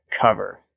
cover